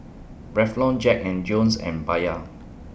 Revlon Jack and Jones and Bia